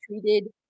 treated